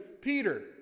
Peter